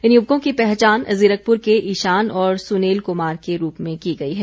इन युवकों की पहचान ज़िरकपुर के ईशान और सुनील कुमार के रूप में की गई है